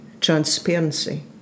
transparency